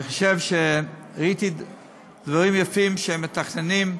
אני חושב שראיתי דברים יפים שהם מתכננים,